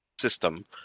system